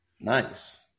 Nice